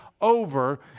over